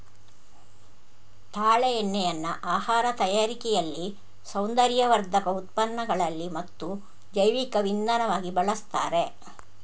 ತಾಳೆ ಎಣ್ಣೆಯನ್ನ ಆಹಾರ ತಯಾರಿಕೆಯಲ್ಲಿ, ಸೌಂದರ್ಯವರ್ಧಕ ಉತ್ಪನ್ನಗಳಲ್ಲಿ ಮತ್ತು ಜೈವಿಕ ಇಂಧನವಾಗಿ ಬಳಸ್ತಾರೆ